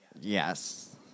Yes